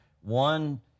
one